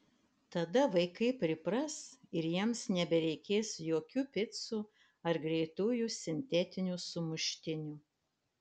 tada vaikai pripras ir jiems nebereikės jokių picų ar greitųjų sintetinių sumuštinių